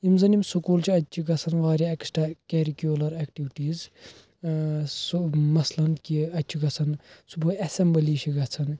یم زن یم سکوٗل چھِ اَتہِ چھ گَژھان واریاہ ایٚکٕسٹرٛا کرِکیٛولر ایٚکٹِوِٹیٖز ٲں سُہ مَثلًا کہِ اَتہِ چھ گَژھان صُبحٲے اسمبلی چھِ گَژھان